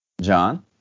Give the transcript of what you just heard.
John